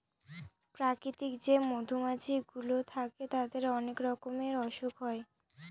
প্রাকৃতিক যে মধুমাছি গুলো থাকে তাদের অনেক রকমের অসুখ হয়